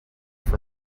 for